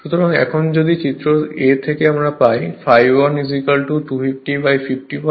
সুতরাং এখন চিত্র a থেকে আমরা পাই ∅ 1 250 51 অ্যাম্পিয়ার